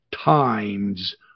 times